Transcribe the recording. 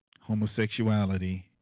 homosexuality